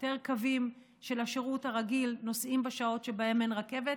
יותר קווים של השירות הרגיל נוסעים בשעות שבהן אין רכבת.